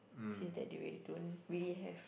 see that they really don't really have